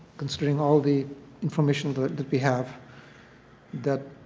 considering all of the information that we have that